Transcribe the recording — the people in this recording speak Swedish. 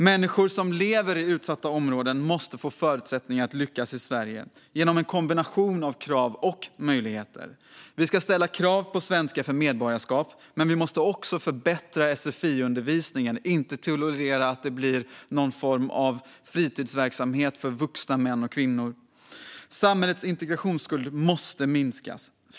Människor som lever i utsatta områden måste få förutsättningar att lyckas i Sverige genom en kombination av krav och möjligheter. Vi ska ställa krav på svenska för medborgarskap, men vi måste också förbättra sfi-undervisningen och inte tolerera att den blir någon form av fritidsverksamhet för vuxna män och kvinnor. Samhällets integrationsskuld måste minskas.